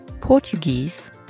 Portuguese